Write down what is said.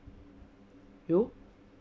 you